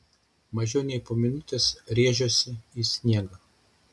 mažiau nei po minutės rėžiuosi į sniegą